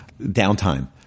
downtime